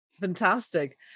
Fantastic